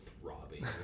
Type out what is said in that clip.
throbbing